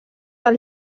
del